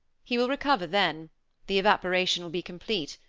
he will recover then the evaporation will be complete,